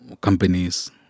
companies